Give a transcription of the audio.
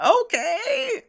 Okay